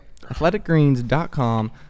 Athleticgreens.com